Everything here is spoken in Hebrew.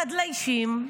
חדלי אישים.